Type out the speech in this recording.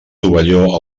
tovalló